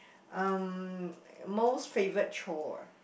um most favourite chore